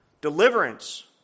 Deliverance